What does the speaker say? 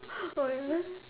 oh and then